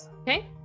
Okay